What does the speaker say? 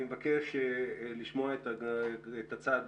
אני מבקש לשמוע את הצד